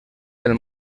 del